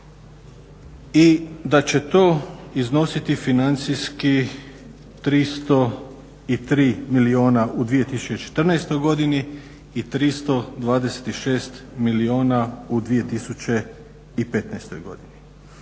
i da će to iznositi financijski 303 milijuna u 2014. godini i 326 milijuna u 2015. godini.